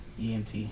ent